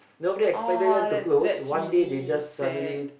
oh that's that's really sad